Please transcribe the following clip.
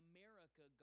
America